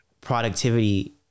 productivity